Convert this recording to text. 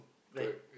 right